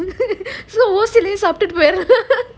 so most case update வரும்:varum